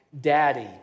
daddy